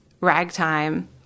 ragtime